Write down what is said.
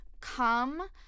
come